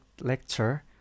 lecture